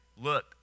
Look